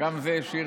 גם זה שיר